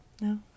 No